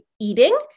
eating